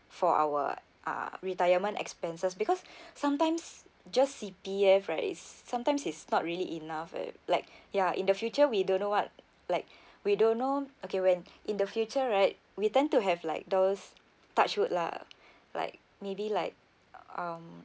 for our uh retirement expenses because sometimes just C_P_F right is sometimes is not really enough eh like ya in the future we don't know what like we don't know okay when in the future right we tend to have like those touch wood lah like maybe like um